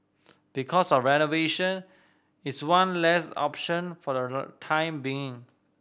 because of renovation it's one less option for the time being